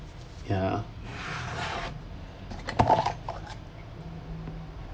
ya